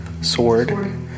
sword